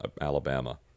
Alabama